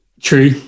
True